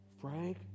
Frank